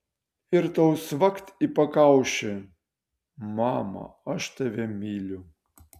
ir tau cvakt į pakaušį mama aš tave myliu